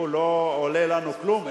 שהוא לא עולה לנו כלום,